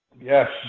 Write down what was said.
Yes